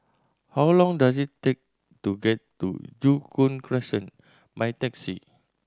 how long does it take to get to Joo Koon Crescent by taxi